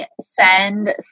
send